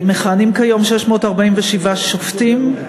מכהנים כיום 647 שופטים,